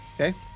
Okay